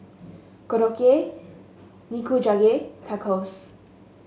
Korokke Nikujaga Tacos